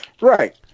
Right